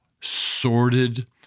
sordid